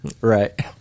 Right